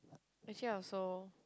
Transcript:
actually I also